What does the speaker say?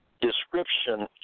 description